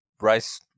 rice